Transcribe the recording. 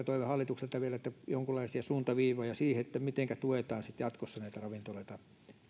toivon hallitukselta vielä jonkunlaisia suuntaviivoja siihen mitenkä tuetaan sitten jatkossa näitä ravintoloita